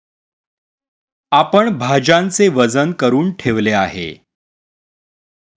आपण भाज्यांचे वजन करुन ठेवले आहे